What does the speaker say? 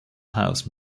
house